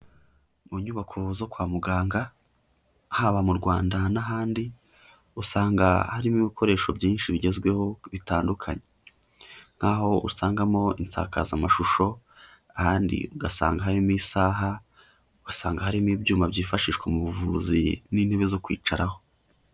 Mu nyubako zo kwa muganga haba mu Rwanda n'ahandi usanga harimo ibikoresho byinshi bigezweho bitandukanye. Nk'aho usangamo insakazamashusho, ahandi ugasanga harimo isaha, ugasanga harimo ibyuma byifashishwa mu buvuzi n'intebe zo kwicaraho.